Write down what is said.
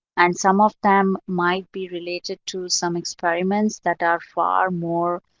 and some of them might be related to some experiments that are far more